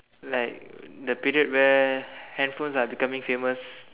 like the period where handphones are becoming famous